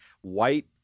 white